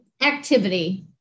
activity